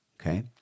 okay